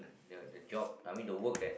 the the job I mean the work that